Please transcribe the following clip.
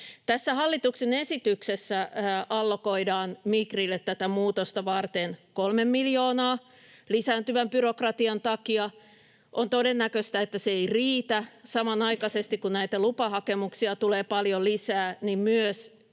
hallituksen esityksessä allokoidaan Migrille tätä muutosta varten kolme miljoonaa lisääntyvän byrokratian takia. On todennäköistä, että se ei riitä. Samanaikaisesti kun näitä lupahakemuksia tulee paljon lisää, myös